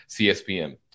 CSPM